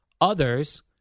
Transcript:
Others